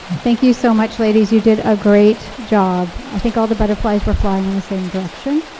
thank you so much, ladies. you did a great job. i think all the butterflies were flying in the same direction.